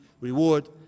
reward